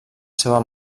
seva